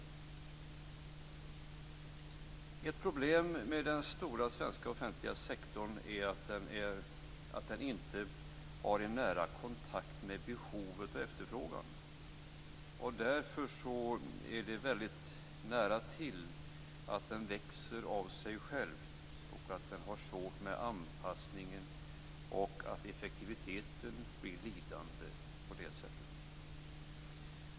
Ett problem med den stora svenska offentliga sektorn är att den inte har en nära kontakt med behov och efterfrågan. Därför är det nära till att den växer av sig själv och har svårt med anpassningen samt att effektiviteten på det sättet blir lidande.